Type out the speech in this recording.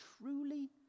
truly